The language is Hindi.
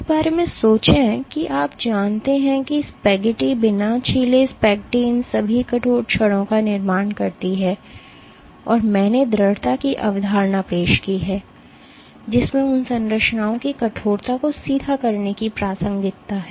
इस बारे में सोचें कि आप जानते हैं कि स्पेगेटी बिना छीले स्पेगेटी इन सभी कठोर छड़ों का निर्माण करती है और मैंने दृढ़ता की अवधारणा पेश की जिसमें उन संरचनाओं की कठोरता को सीधा करने की प्रासंगिकता है